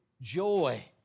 joy